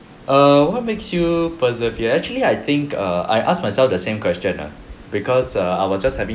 err what makes you persevere actually I think err I ask myself the same question nah because err I was just having